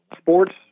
sports